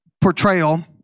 portrayal